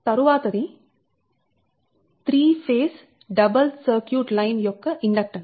తరువాత the 3 phase double circuit line యొక్క inductance